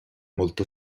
molto